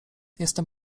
jestem